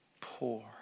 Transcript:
poor